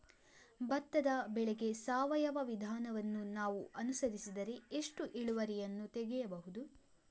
ಭತ್ತದ ಬೆಳೆಗೆ ಸಾವಯವ ವಿಧಾನವನ್ನು ನಾವು ಅನುಸರಿಸಿದರೆ ಎಷ್ಟು ಇಳುವರಿಯನ್ನು ತೆಗೆಯಬಹುದು?